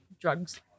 drugs